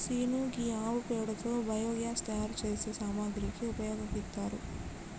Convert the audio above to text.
scene గీ ఆవు పేడతో బయోగ్యాస్ తయారు సేసే సామాగ్రికి ఉపయోగిత్తారు